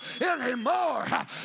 anymore